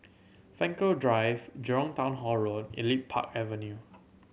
Frankel Drive Jurong Town Hall Road Elite Park Avenue